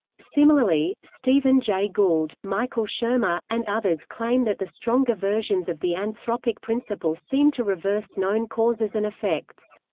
similarly, stephen jay gould, michael shermer, and others claim that the stronger versions of the anthropic principle seem to reverse known causes and effects.